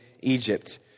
Egypt